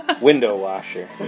Window-washer